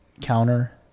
counter